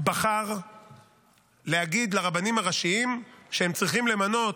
בחר להגיד לרבנים הראשיים שהם צריכים למנות,